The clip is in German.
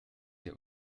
der